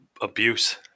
abuse